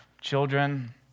children